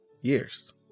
years